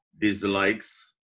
dislikes